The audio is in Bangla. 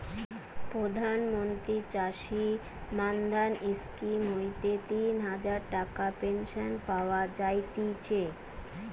প্রধান মন্ত্রী চাষী মান্ধান স্কিম হইতে তিন হাজার টাকার পেনশন পাওয়া যায়তিছে